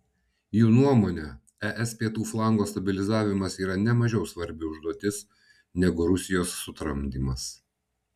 jų nuomone es pietų flango stabilizavimas yra nemažiau svarbi užduotis negu rusijos sutramdymas